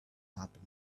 happen